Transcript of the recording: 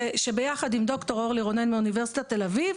זה שביחד עם ד"ר אורלי רונן מאוניברסיטת תל אביב,